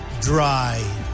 dry